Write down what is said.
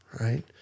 right